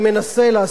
חברי חברי הכנסת.